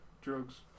Drugs